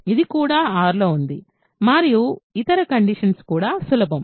ఇది కూడా R లో ఉంది మరియు ఇతర కండిషన్స్ కూడా సులభం